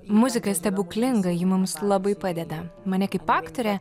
muzika stebuklinga ji mums labai padeda mane kaip aktorę